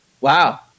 Wow